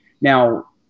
Now